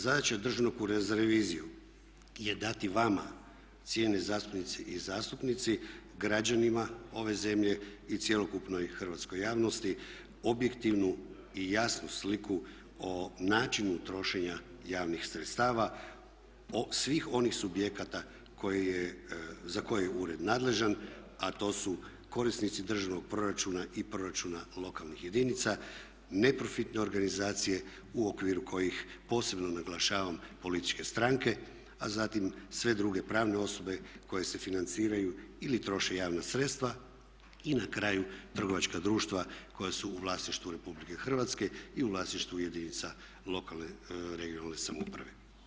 Zadaća Državnog ureda za reviziju je dati vama cijenjenje zastupnice i zastupnici, građanima ove zemlje i cjelokupnoj hrvatskoj javnosti objektivnu i jasnu sliku o načinu trošenja javnih sredstava svih onih subjekata za koje je ured nadležan a to su korisnici državnog proračuna i proračuna lokalnih jedinica, neprofitne organizacije u okviru kojih posebno naglašavam političke stranke, a zatim sve druge pravne osobe koje se financiraju ili troše javna sredstva i na kraju trgovačka društva koja su u vlasništvu RH i u vlasništvu jedinica lokalne i regionalne samouprave.